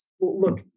Look